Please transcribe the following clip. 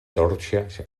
torxes